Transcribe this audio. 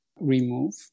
remove